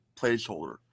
placeholder